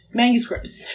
manuscripts